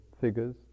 figures